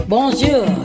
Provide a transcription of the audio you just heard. Bonjour